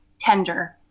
tender